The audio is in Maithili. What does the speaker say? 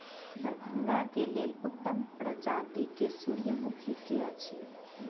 दरभंगा केँ लेल उत्तम प्रजाति केँ सूर्यमुखी केँ अछि?